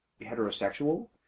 heterosexual